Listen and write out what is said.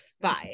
five